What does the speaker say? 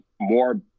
more